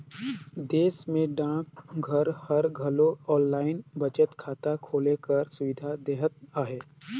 देस में डाकघर हर घलो आनलाईन बचत खाता खोले कर सुबिधा देहत अहे